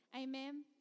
amen